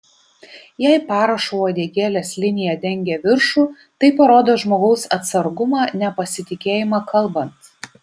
jei parašo uodegėlės linija dengia viršų tai parodo žmogaus atsargumą nepasitikėjimą kalbant